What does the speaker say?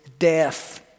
death